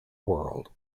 world